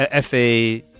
FA